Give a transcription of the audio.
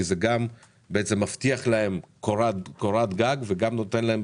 כי זה גם בעצם מבטיח להם קורת גג וגם נותן להם